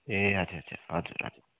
ए आच्छा आच्छा हजुर हजुर